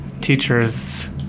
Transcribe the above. Teachers